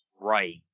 Right